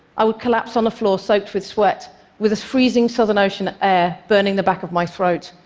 i would collapse on the floor soaked with sweat with this freezing southern ocean air burning the back of my throat.